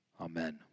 Amen